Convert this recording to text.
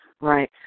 right